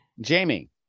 Jamie